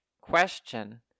question